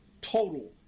total